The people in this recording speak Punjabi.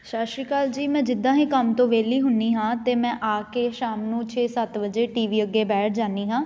ਸਤਿ ਸ਼੍ਰੀ ਅਕਾਲ ਜੀ ਮੈਂ ਜਿੱਦਾਂ ਹੀ ਕੰਮ ਤੋਂ ਵਿਹਲੀ ਹੁੰਦੀ ਹਾਂ ਤਾਂ ਮੈਂ ਆ ਕੇ ਸ਼ਾਮ ਨੂੰ ਛੇ ਸੱਤ ਵਜੇ ਟੀ ਵੀ ਅੱਗੇ ਬੈਠ ਜਾਂਦੀ ਹਾਂ